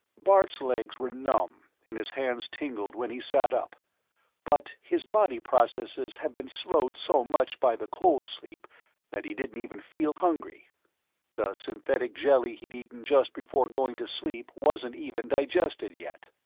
bart's legs were numb and his hands tingled when he sat up but his body processes had been slowed so much by the cold-sleep that he didn't even feel hungry the synthetic jelly he'd eaten just before going to sleep wasn't even digested yet.